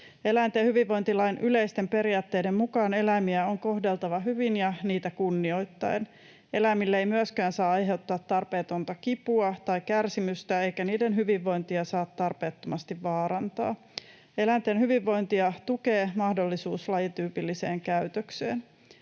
Eläinten hyvinvointilain yleisten periaatteiden mukaan eläimiä on kohdeltava hyvin ja niitä kunnioittaen. Eläimille ei myöskään saa aiheuttaa tarpeetonta kipua tai kärsimystä, eikä niiden hyvinvointia saa tarpeettomasti vaarantaa. Eläinten hyvinvointia tukee mahdollisuus lajityypilliseen käytökseen.